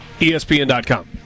ESPN.com